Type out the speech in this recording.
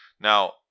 Now